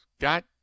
got